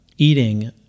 eating